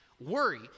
Worry